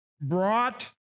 brought